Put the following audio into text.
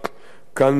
מעל הדוכן,